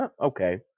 Okay